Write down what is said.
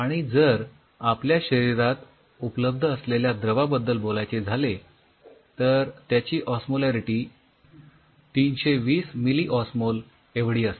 आणि जर आपल्या शरीरात उपलब्ध असलेल्या द्रवाबद्दल बोलायचे झाले तर त्याची ओस्मोलॅरिटी ३२० मिलीऑस्मोल एवढी असते